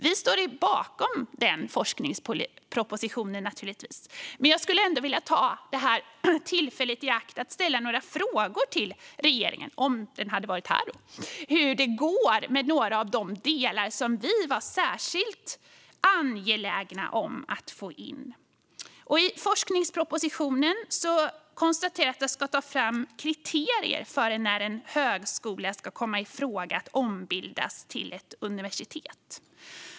Vi står naturligtvis bakom forskningspropositionen, men jag skulle vilja ta detta tillfälle i akt att ställa några frågor till regeringen, om den hade varit här, om hur det går med några av de delar som vi var särskilt angelägna om att få med. I forskningspropositionen konstateras att det ska tas fram kriterier för när en högskola kan komma i fråga för att ombildas till ett universitet.